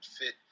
fit